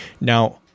Now